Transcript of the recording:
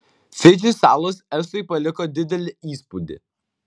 fidži salos estui paliko didelį įspūdį